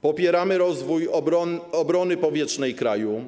Popieramy rozwój obrony powietrznej kraju,